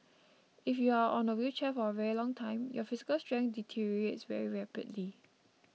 if you are on a wheelchair for a very long time your physical strength deteriorates very rapidly